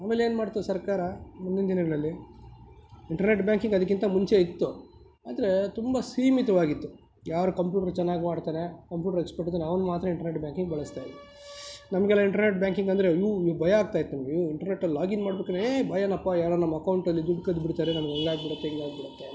ಆಮೇಲೆ ಏನ್ಮಾಡಿತು ಸರ್ಕಾರ ಮುಂದಿನ ದಿನಗಳಲ್ಲಿ ಇಂಟರ್ನೆಟ್ ಬ್ಯಾಂಕಿಂಗ್ ಅದಕ್ಕಿಂತ ಮುಂಚೆ ಇತ್ತು ಆದರೆ ತುಂಬ ಸೀಮಿತವಾಗಿತ್ತು ಯಾರು ಕಂಪ್ಯೂಟ್ರು ಚೆನ್ನಾಗಿ ಮಾಡ್ತಾರೆ ಕಂಪ್ಯೂಟ್ರು ಎಕ್ಸ್ಪರ್ಟ್ ಇದ್ದಾನೆ ಅವನು ಮಾತ್ರ ಇಂಟರ್ನೆಟ್ ಬ್ಯಾಂಕಿಂಗ್ ಬಳಸ್ತಾನೆ ನಮಗೆಲ್ಲ ಇಂಟರ್ನೆಟ್ ಬ್ಯಾಂಕಿಂಗ್ ಅಂದರೆ ಅಯ್ಯೋ ಭಯ ಆಗ್ತಾಯಿತ್ತು ಅಯ್ಯೋ ಇಂಟರ್ನೆಟಲ್ಲಿ ಲಾಗಿನ್ ಮಾಡಬೇಕಾದ್ರೆ ಏ ಭಯನಪ್ಪಾ ಯಾರಾದರೂ ನಮ್ಮ ಅಕೌಂಟಲ್ಲಿ ದುಡ್ಡು ಕದ್ದುಬಿಡ್ತಾರೆ ನಮ್ಗೆ ಹಂಗೆ ಆಗಿಬಿಡುತ್ತೆ ಹಿಂಗೆ ಆಗಿಬಿಡುತ್ತೆ ಅಂತ